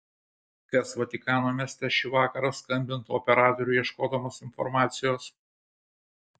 kas vatikano mieste šį vakarą skambintų operatoriui ieškodamas informacijos